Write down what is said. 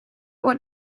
what